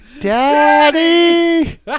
Daddy